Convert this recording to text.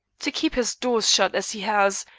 to keep his doors shut as he has,